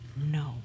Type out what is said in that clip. no